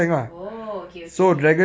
oh K okay okay